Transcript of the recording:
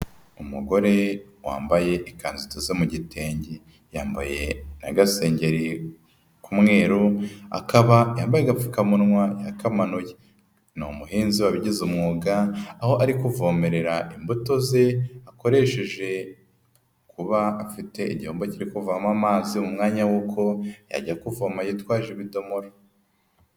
Umugore wambaye ikanzu idose mu gitenge yambaye n'agasengeri k'umweru akaba yambaye agapfukamunwa yakamanuye. Ni umuhinzi wabigize umwuga, aho ari kuvomerera imbuto ze akoresheje kuba afite igihombo kiri kuvamo amazi, mu mwanya w'uko yajya kuvoma yitwaje ibidomoro.